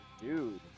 Dude